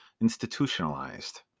institutionalized